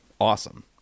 awesome